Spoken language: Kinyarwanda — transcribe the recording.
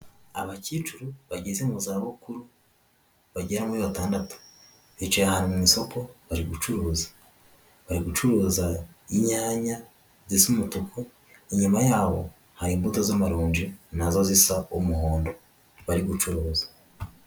Abakecuru bageze mu zabukuru bagera kuri batandatu, bicaye ahantu mu isoko bari gucuruza, bari gucuruza inyanya zisa umutuku, inyuma yaho hari imbuto z'amaronji na zo zisa umuhondo bari gucuruza.